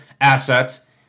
assets